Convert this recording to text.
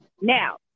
Now